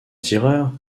tireur